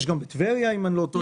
יש גם טבריה, אם אני לא טועה.